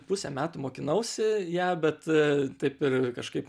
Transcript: pusę metų mokinausi ją bet taip ir kažkaip